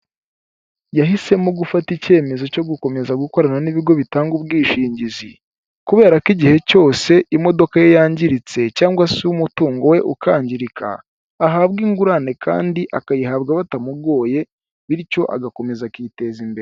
Yahisemo gufata icyemezo cyo gukomeza gukorana n'ibigo bitanga ubwishingizi kubera ko igihe cyose imodoka ye yangiritse cyangwa se umutungo we ukangirika, ahabwa ingurane kandi akayihabwa batamugoye bityo agakomeza akiteza imbere.